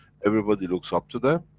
everybody looks up to them,